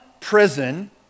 prison